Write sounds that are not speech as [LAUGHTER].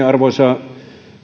[UNINTELLIGIBLE] arvoisa